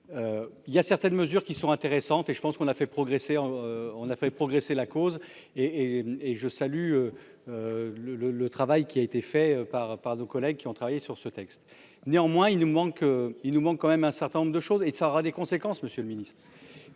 Il y a certaines mesures qui sont intéressantes et je pense qu'on a fait progresser en on a fait progresser la cause et. Je salue. Le le le travail qui a été fait par par nos collègues qui ont travaillé sur ce texte. Néanmoins, il nous manque. Il nous manque quand même un certain nombre de choses et ça aura des conséquences. Monsieur le Ministre,